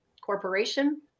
corporation